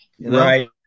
right